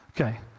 Okay